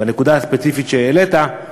בנקודה הספציפית שהעלית,